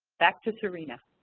back to serena.